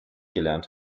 gelernt